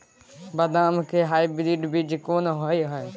बदाम के हाइब्रिड बीज कोन होय है?